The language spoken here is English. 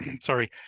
sorry